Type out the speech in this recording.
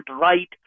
right